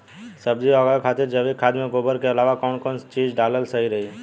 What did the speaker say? सब्जी उगावे खातिर जैविक खाद मे गोबर के अलाव कौन कौन चीज़ डालल सही रही?